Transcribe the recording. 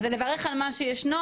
ולברך על מה שישנו,